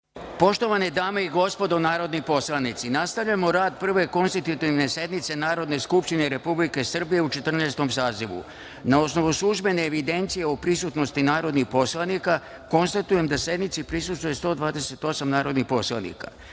Poštovane dame i gospodo narodni poslanici, nastavljamo rad Prve (konstitutivne) sednice Narodne skupštine Republike Srbije u Četrnaestom sazivu. Na osnovu službene evidencije o prisutnosti narodnih poslanika konstatujem da sednici prisustvuje 128 narodnih poslanika.